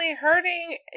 hurting